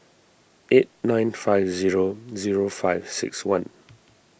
eight nine five zero zero five six one